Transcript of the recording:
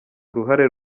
uruhare